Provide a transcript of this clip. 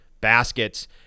baskets